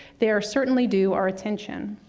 they are certainly due our attention.